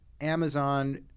Amazon